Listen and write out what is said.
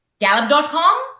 Gallup.com